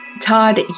Todd